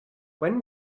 when